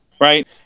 right